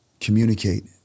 communicate